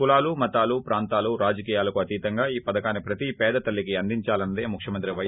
కులాలు మతాలు ప్రాంతాలు రాజకీయాలకు తతీతంగా ఈ పథకాన్ని ప్రతి పేద తల్లికీ అందించాలన్నదో ముఖ్యమంత్రి వై